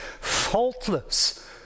faultless